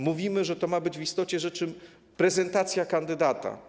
Mówimy, że to ma być w istocie rzeczy prezentacja kandydata.